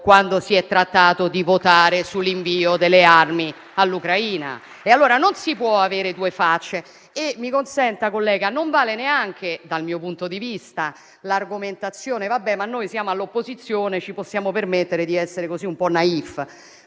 quando si è trattato di votare l'invio delle armi all'Ucraina. Allora non si può avere due facce. Mi consenta, collega, non vale neanche dal mio punto di vista, l'argomentazione «vabbè, ma noi siamo all'opposizione, ci possiamo permettere di essere un po' *naïf*».